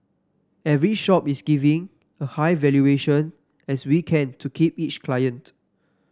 every shop is giving a high valuation as we can to keep each client